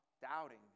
doubting